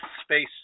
space